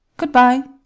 good-bye.